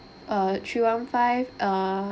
uh three one five uh